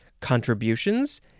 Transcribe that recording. contributions